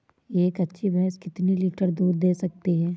एक अच्छी भैंस कितनी लीटर दूध दे सकती है?